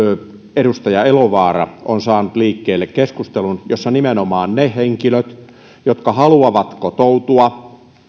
edustaja elovaara on saanut liikkeelle keskustelun jossa nimenomaan ne henkilöt jotka haluavat kotoutua